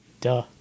duh